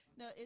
no